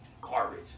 garbage